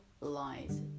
lies